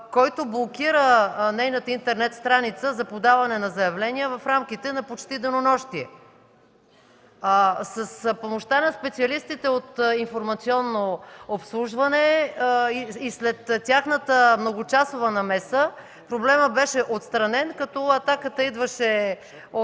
който блокира нейната интернет страница за подаване на заявления в рамките на почти денонощие. С помощта на специалистите от „Информационно обслужване” и след тяхната многочасова намеса, проблемът беше отстранен, като атаката идваше от